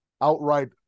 outright